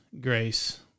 grace